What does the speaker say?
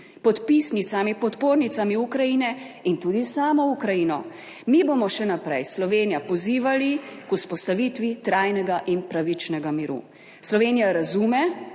podpisnicami, podpornicami Ukrajine in tudi samo Ukrajino. Mi bomo še naprej, Slovenija, pozivali k vzpostavitvi trajnega in pravičnega miru. Slovenija razume